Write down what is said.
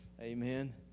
Amen